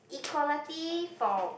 equality for